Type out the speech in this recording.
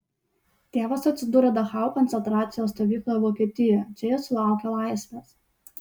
tėvas atsidūrė dachau koncentracijos stovykloje vokietijoje čia jis sulaukė laisvės